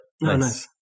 nice